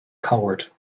coward